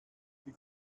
die